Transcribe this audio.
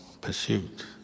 pursuit